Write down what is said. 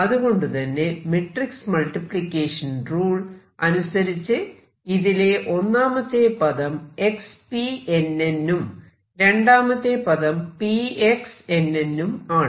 അതുകൊണ്ടുതന്നെ matrix multiplication rule അനുസരിച്ച് ഇതിലെ ഒന്നാമത്തെ പദം nn ഉം രണ്ടാമത്തെ പദം nn ഉം ആണ്